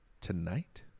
Tonight